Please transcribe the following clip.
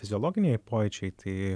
fiziologiniai pojūčiai tai